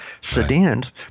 sedans